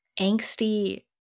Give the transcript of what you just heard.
angsty